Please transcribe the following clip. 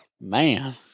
man